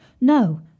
No